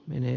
menee